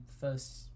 first